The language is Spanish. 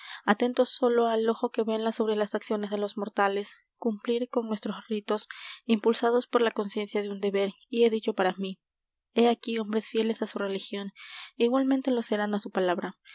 atentos sólo al ojo que vela sobre las acciones de los mortales cumplir con nuestros ritos impulsados por la conciencia de un deber y he dicho para mí he aquí hombres fieles á su religión igualmente lo serán á su palabra